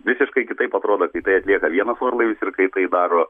visiškai kitaip atrodo kai tai atlieka vienas orlaivis ir kai tai daro